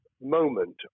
moment